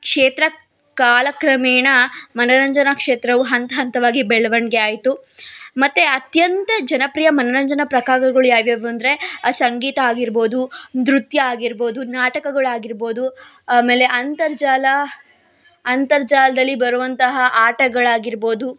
ಕ್ಷೇತ್ರ ಕಾಲಕ್ರಮೇಣ ಮನರಂಜನಾ ಕ್ಷೇತ್ರವು ಹಂತ ಹಂತವಾಗಿ ಬೆಳವಣ್ಗೆ ಆಯಿತು ಮತ್ತು ಅತ್ಯಂತ ಜನಪ್ರಿಯ ಮನರಂಜನಾ ಪ್ರಕಾರಗಳು ಯಾವ್ಯಾವು ಅಂದರೆ ಆ ಸಂಗೀತ ಆಗಿರ್ಬೋದು ನೃತ್ಯ ಆಗಿರ್ಬೋದು ನಾಟಕಗಳು ಆಗಿರ್ಬೋದು ಆಮೇಲೆ ಅಂತರ್ಜಾಲ ಅಂತರ್ಜಾಲದಲ್ಲಿ ಬರುವಂತಹ ಆಟಗಳು ಆಗಿರ್ಬೋದು